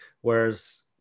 whereas